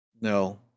No